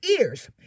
ears